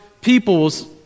people's